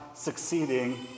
succeeding